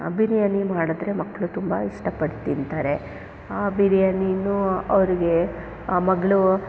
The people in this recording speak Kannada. ಬಿರಿಯಾನಿ ಮಾಡಿದ್ರೆ ಮಕ್ಕಳು ತುಂಬ ಇಷ್ಟಪಟ್ಟು ತಿಂತಾರೆ ಆ ಬಿರಿಯಾನೀ ಅವರಿಗೆ ಮಗಳು